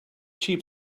cheap